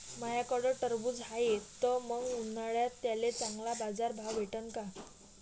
माह्याकडं टरबूज हाये त मंग उन्हाळ्यात त्याले चांगला बाजार भाव भेटन का?